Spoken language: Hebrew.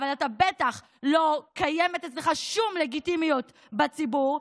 אבל בטח לא קיימת אצלך שום לגיטימיות בציבור.